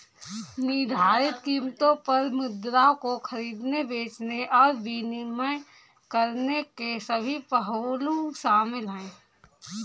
निर्धारित कीमतों पर मुद्राओं को खरीदने, बेचने और विनिमय करने के सभी पहलू शामिल हैं